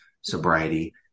sobriety